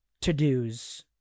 to-dos